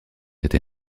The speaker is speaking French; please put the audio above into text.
été